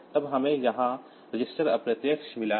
तब हमें यहां रजिस्टर इंडिरेक्ट मिला है